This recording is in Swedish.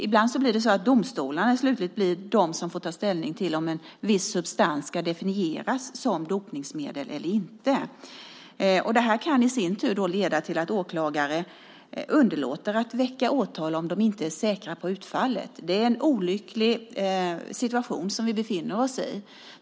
Ibland blir det domstolarna som får ta ställning till om en viss substans ska definieras som dopningsmedel eller inte. Det kan i sin tur leda till att åklagare underlåter att väcka åtal om de inte är säkra på utfallet. Det är en olycklig situation vi befinner oss i.